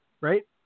Right